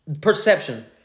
Perception